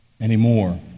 anymore